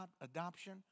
adoption